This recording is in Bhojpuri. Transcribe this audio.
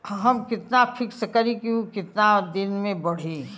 हम कितना फिक्स करी और ऊ कितना दिन में बड़ी?